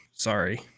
sorry